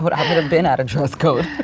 but i would've been out of dress code.